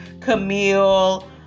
Camille